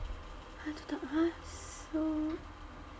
!huh! two thou~ !huh! so